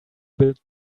build